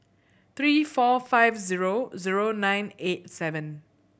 three four five zero zero nine eight seven